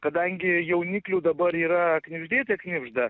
kadangi jauniklių dabar yra knibždėte knibžda